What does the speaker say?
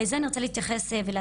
לזה אני רוצה להתייחס ולהציע,